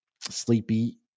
Sleepy